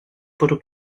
bwrw